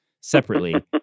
separately